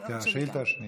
השנייה השאילתה השנייה.